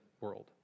world